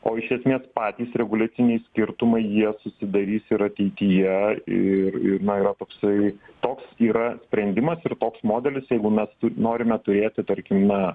o iš esmės patys reguliaciniai skirtumai jie susidarys ir ateityje ir ir na yra toksai toks yra sprendimas ir toks modelis jeigu mes tu norime turėti tarkim na